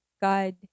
god